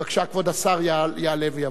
בבקשה, כבוד השר יעלה ויבוא.